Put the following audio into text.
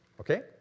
Okay